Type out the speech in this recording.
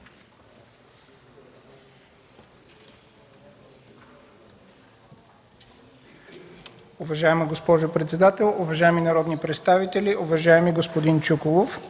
Уважаема госпожо председател, уважаеми народни представители, уважаеми господин Чуколов!